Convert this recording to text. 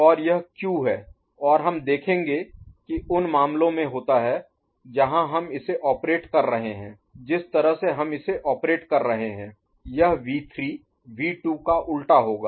और यह Q है और हम देखेंगे कि यह उन मामलों में होता है जहां हम इसे ऑपरेट संचालित कर रहे हैं जिस तरह से हम इसे ऑपरेट संचालित कर रहे हैं यह वी 3 वी 2 का उलटा होगा